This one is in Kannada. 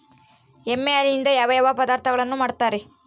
ಎಮ್ಮೆ ಹಾಲಿನಿಂದ ಯಾವ ಯಾವ ಪದಾರ್ಥಗಳು ಮಾಡ್ತಾರೆ?